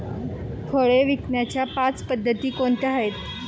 फळे विकण्याच्या पाच पद्धती कोणत्या आहेत?